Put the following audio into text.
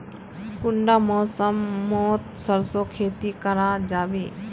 कुंडा मौसम मोत सरसों खेती करा जाबे?